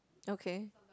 okay